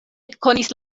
ekkonis